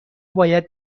باید